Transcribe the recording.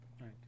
Right